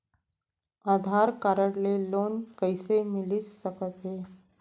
आधार card ले loan कइसे मिलिस सकत हे?